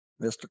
Mr